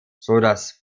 sodass